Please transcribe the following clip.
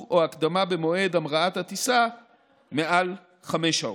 או הקדמה במועד המראת הטיסה מעל חמש שעות,